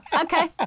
Okay